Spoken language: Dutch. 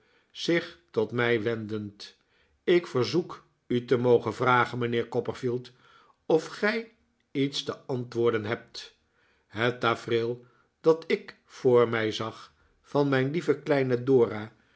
zich tot mij wendend ik verzoek u te mogen vragen mijnheer copperfield of gij iets te antwoorden hebt het tafereel dat ik voor mij zag van mijn lieve kleine dora